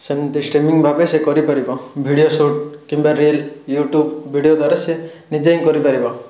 ସେମତି ଷ୍ଟ୍ରିମିଙ୍ଗ୍ ଭାବେ ସେ କରିପାରିବ ଭିଡ଼ିଓ ସୁଟ୍ କିମ୍ବା ରିଲ୍ ୟୁଟ୍ୟୁବ୍ ଭିଡ଼ିଓ ଦ୍ୱାରା ସିଏ ନିଜେ ହିଁ କରିପାରିବ